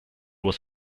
was